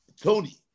Tony